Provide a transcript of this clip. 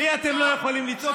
לי אתם לא יכולים לצעוק,